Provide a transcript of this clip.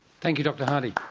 thank you dr. hardy.